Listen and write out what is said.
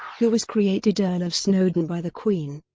who was created earl of snowdon by the queen.